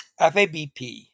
FABP